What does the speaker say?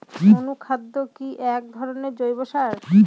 অনুখাদ্য কি এক ধরনের জৈব সার?